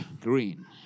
green